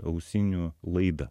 ausinių laidą